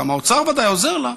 גם האוצר ודאי עוזר לה,